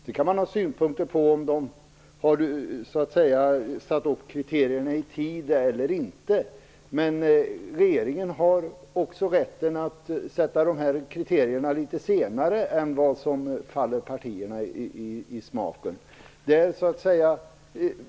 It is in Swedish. Man kan ha synpunkter på om den har satt upp kriterierna i tid eller inte, men regeringen har rätt också att sätta upp kriterierna litet senare än vad som faller partierna i smaken.